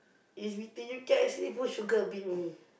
is between you can actually put sugar a bit only